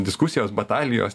diskusijos batalijos